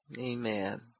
Amen